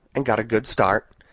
and got a good start,